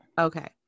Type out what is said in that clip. Okay